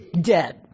Dead